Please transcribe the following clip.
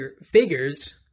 figures